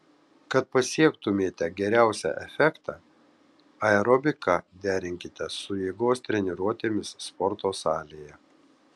kad pasiektumėte geriausią efektą aerobiką derinkite su jėgos treniruotėmis sporto salėje